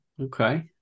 okay